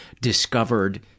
discovered